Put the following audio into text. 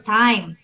time